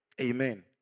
Amen